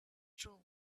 true